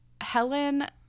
Helen